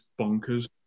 bonkers